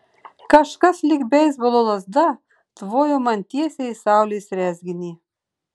kažkas lyg beisbolo lazda tvojo man tiesiai į saulės rezginį